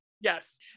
Yes